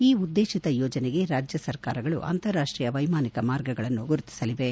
ಈ ಉದ್ದೇಶಿತ ಯೋಜನೆಗೆ ರಾಜ್ಯ ಸರ್ಕಾರಗಳು ಅಂತಾರಾಷ್ಷೀಯ ವೈಮಾನಿಕ ಮಾರ್ಗಗಳನ್ನು ಗುರುತಿಸಲಿವೆ